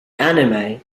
anime